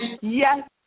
yes